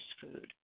food